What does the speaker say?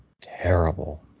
terrible